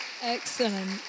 Excellent